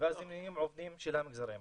ואז הם נהיים עובדים של הארגונים האלה.